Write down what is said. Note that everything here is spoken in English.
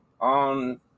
on